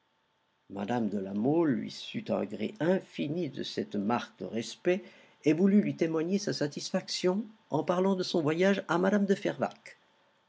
mme de la mole lui sut un gré infini de cette marque de respect et voulut lui témoigner sa satisfaction en parlant de son voyage à mme de fervaques